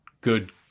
good